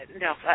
No